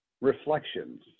reflections